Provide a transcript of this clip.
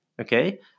okay